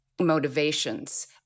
motivations